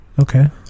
Okay